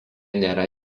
nėra